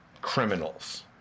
Criminals